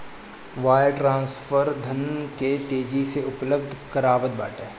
wire transfer धन के तेजी से उपलब्ध करावत बाटे